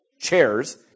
chairs